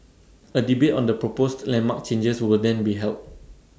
A debate on the proposed landmark changes will then be held